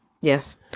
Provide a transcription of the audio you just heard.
Yes